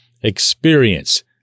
experience